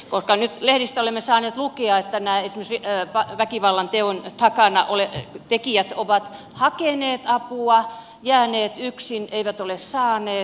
nyt lehdistä olemme saaneet lukea että esimerkiksi nämä väkivallanteon tekijät ovat hakeneet apua jääneet yksin eivät ole saaneet apua